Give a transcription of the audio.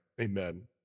amen